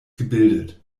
gebildet